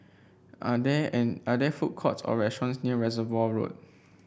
are there any are there food courts or restaurants near Reservoir Road